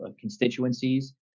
constituencies